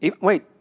Wait